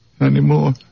anymore